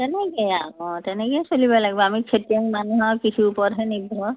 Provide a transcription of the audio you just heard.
তেনেকৈয়ে আৰু অঁ তেনেকৈয়ে চলিব লাগিব আমি খেতিয়ক মানুহ আৰু কৃষিৰ ওপৰতহে নিৰ্ভৰ